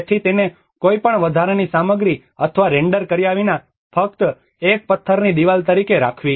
તેથી તેને કોઈપણ વધારાની સામગ્રી અથવા રેન્ડર કર્યા વિના ફક્ત એક પથ્થરની દિવાલ તરીકે રાખવી